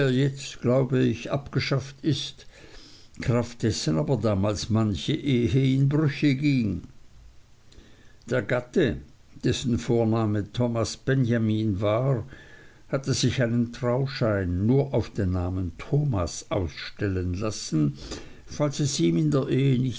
jetzt glaube ich abgeschafft ist kraft dessen aber damals manche ehe in brüche ging der gatte dessen vorname thomas benjamin war hatte sich einen trauschein nur auf den namen thomas ausstellen lassen falls es ihm in der